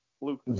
Luke